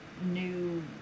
new